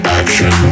action